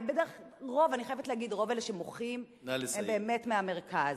אני חייבת להגיד שרוב אלה שמוחים הם באמת מהמרכז.